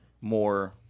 more